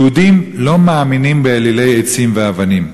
יהודים לא מאמינים באלילי עצים ואבנים,